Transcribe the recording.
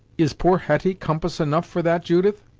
is poor hetty compass enough for that, judith?